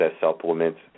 supplements